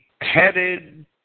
headed